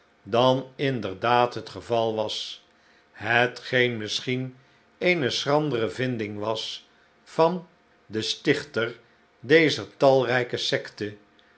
dan inderdaad het geval was hetgeen misschien eene schrandere vinding was van den stichter dezer talrijke secte